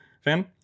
fan